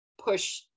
push